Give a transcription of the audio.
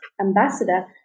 ambassador